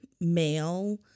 male